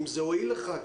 אם זה הועיל לך.